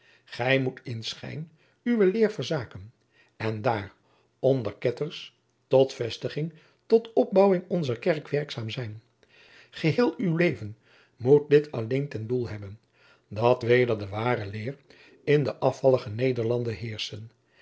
gij moet in schijn uwe leer verzaken en daar onder ketters tot vestiging tot opbouwing onzer kerk werkzaam zijn geheel uw leven moet dit alleen ten doel hebben dat weder de ware leer in de afvallige nederlanden heersche